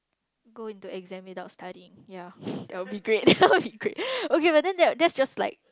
go into exam without studying yeah that would be great that would be great but then that's just like